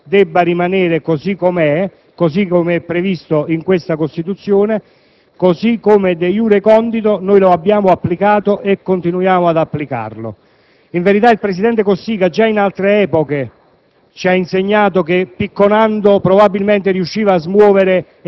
di voto concessa ai senatori a vita. A mio avviso, tale istituto dovrebbe rimanere così com'è previsto dalla Costituzione, così come *de iure* *condito* noi lo abbiamo applicato e continuiamo ad applicarlo. In verità, il presidente Cossiga già in altre epoche